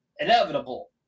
inevitable